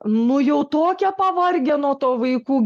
nu jau tokie pavargę nuo to vaikų